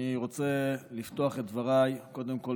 אני רוצה לפתוח את דבריי קודם כול